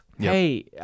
Hey